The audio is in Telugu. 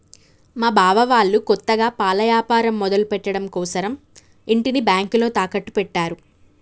మా బావ వాళ్ళు కొత్తగా పాల యాపారం మొదలుపెట్టడం కోసరం ఇంటిని బ్యేంకులో తాకట్టు పెట్టారు